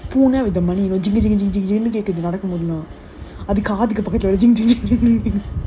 கேக்குது நடக்க முடியல அதுவும் காத்துக்கிட்ட கேக்குது:kekuthu nadakka mudiyala adhuvum kathukita kekuthu with the money you know